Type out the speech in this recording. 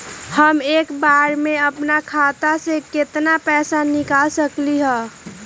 हम एक बार में अपना खाता से केतना पैसा निकाल सकली ह?